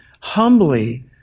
humbly